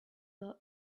were